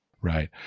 Right